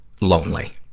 lonely